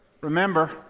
Remember